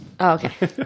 Okay